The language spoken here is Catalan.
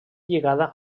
lligada